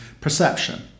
perception